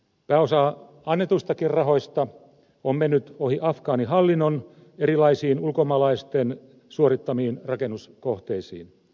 pääosa annetuistakin rahoista on mennyt ohi afgaanihallinnon erilaisiin ulkomaalaisten suorittamiin rakennuskohteisiin